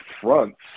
fronts